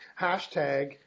hashtag